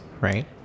right